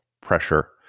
pressure